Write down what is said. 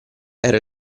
era